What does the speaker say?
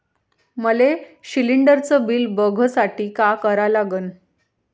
मले शिलिंडरचं बिल बघसाठी का करा लागन?